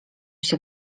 się